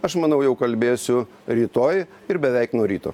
aš manau jau kalbėsiu rytoj ir beveik nuo ryto